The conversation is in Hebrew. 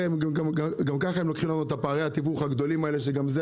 גם ככה לוקחים לנו את פערי התיווך הגדולים שגם זה,